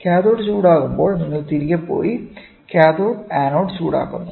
cathode ചൂടാകുമ്പോൾ നിങ്ങൾ തിരികെ പോയി കാഥോഡ് ആനോഡ് ചൂടാക്കുന്നു